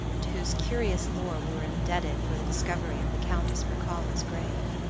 to whose curious lore we were indebted for the discovery of the countess mircalla's grave.